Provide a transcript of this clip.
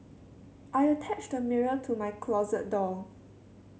I attached a mirror to my closet door